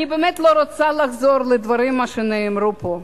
אני באמת לא רוצה לחזור על דברים שנאמרו פה,